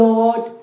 Lord